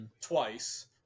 twice